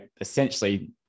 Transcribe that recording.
essentially